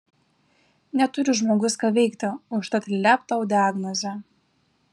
neturi žmogus ką veikti užtat lept tau diagnozę